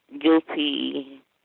guilty